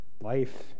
Life